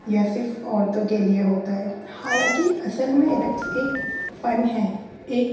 یا صرف عورتوں کے لیے ہوتا ہے حالانکہ اصل میں رقص ایک فن ہے ایک